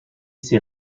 ses